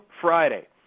Friday